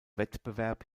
wettbewerb